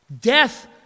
Death